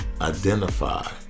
identify